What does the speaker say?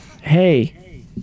Hey